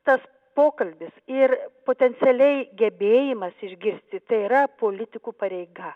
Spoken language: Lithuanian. tas pokalbis ir potencialiai gebėjimas išgirsti tai yra politikų pareiga